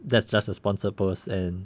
that's just a sponsored post and